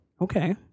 okay